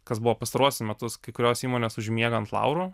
kas buvo pastaruosius metus kai kurios įmonės užmiega ant laurų